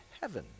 heaven